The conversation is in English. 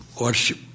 worship